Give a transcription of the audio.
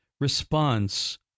response